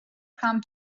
come